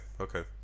okay